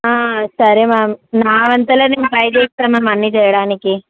సరే మ్యామ్ నా వంతు నేను ట్రై చేస్తాను అవన్నీ చేయడానికి